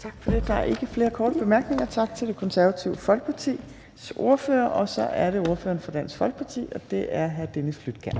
Tak for det. Der er ikke flere korte bemærkninger. Tak til Det Konservative Folkepartis ordfører. Så er det ordføreren for Dansk Folkeparti, og det er hr. Dennis Flydtkjær.